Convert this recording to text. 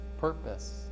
purpose